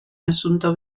asunto